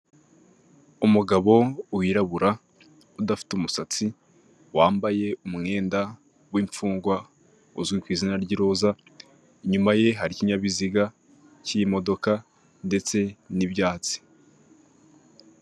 Umugabo wirabura udafite umusatsi, wambaye umwenda w'imfungwa uzwi kuzina ry'uruza inyuma ye hari ikinyabiziga k'imodoka ndetse n'ibyatsi.